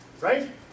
Right